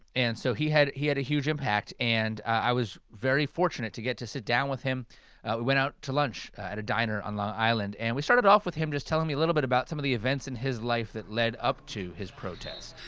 and so he had he had a huge impact, and i was very fortunate to get to sit down with him. we went out to lunch at a diner on long island. and we started off with him telling me a little bit about some of the events in his life that led up to his protest